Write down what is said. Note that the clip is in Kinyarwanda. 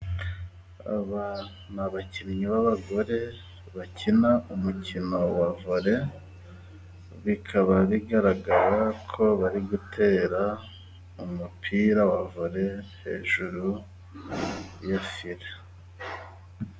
Aba ni abakinnyi b'abagore bakina umukino wa vore, bikaba bigaragara ko bari gutera umupira wa vore hejuru ya fire.